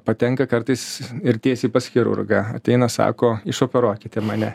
patenka kartais ir tiesiai pas chirurgą ateina sako išoperuokite mane